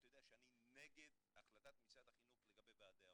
אתה יודע שאני נגד החלטת משרד החינוך לגבי ועדי ההורים.